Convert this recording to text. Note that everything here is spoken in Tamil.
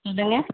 என்னங்க